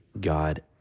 God